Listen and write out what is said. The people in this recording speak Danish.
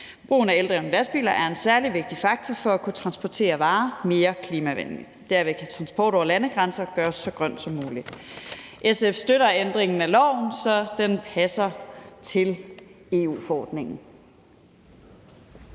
Brugen af eldrevne lastbiler er en særlig vigtig faktor for at kunne transportere varer mere klimavenligt. Det er vigtigt, at transport over landegrænser gøres så grøn som muligt. SF støtter ændringen af loven, så den passer til EU-forordningen.